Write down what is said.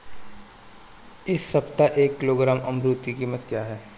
इस सप्ताह एक किलोग्राम अमरूद की कीमत क्या है?